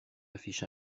affiche